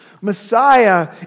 Messiah